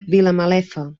vilamalefa